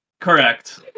Correct